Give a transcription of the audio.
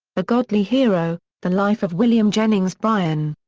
a godly hero the life of william jennings bryan.